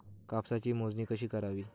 कापसाची मोजणी कशी करावी?